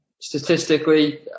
statistically